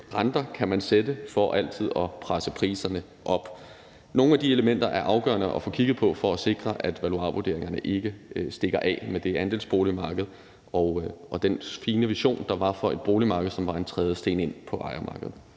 renter man kan sætte for altid at presse priserne op. Nogle af de elementer er det afgørende at få kigget på for at sikre, at valuarvurderingerne ikke stikker af med det andelsboligmarked og den fine vision, der var for et boligmarked, som var en trædesten ind på ejermarkedet.